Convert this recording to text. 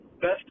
Best